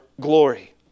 glory